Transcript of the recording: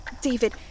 David